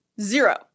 zero